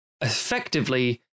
effectively